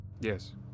Yes